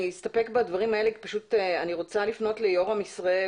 אני אסתפק בדברים האלה כי אני רוצה לפנות ליורם ישראל